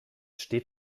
steht